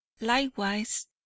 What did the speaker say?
likewise